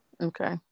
okay